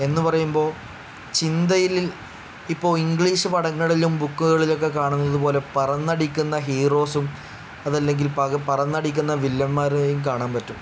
എന്ന് പറയുമ്പോ ചിന്തയിൽ ഇപ്പോ ഇംഗ്ലീഷ് പടങ്ങളിലും ബുക്കുകളിലൊക്കെ കാണുന്നത് പോലെ പറന്നടിക്കുന്ന ഹീറോസും അത് അല്ലെങ്കിൽ പക പറന്നടിക്കുന്ന വില്ലന്മാരെയും കാണാൻ പറ്റും